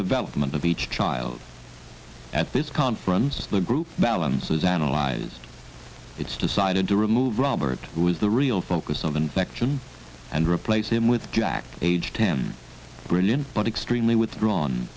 development of each child at this conference the group balances analyzed it's decided to remove robert who is the real focus of infection and replace him with jack aged ten brilliant but extremely withdrawn